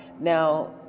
Now